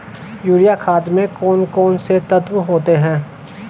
Urea खाद में कौन कौन से तत्व होते हैं?